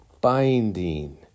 binding